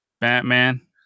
Batman